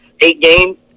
eight-game